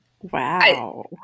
Wow